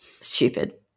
stupid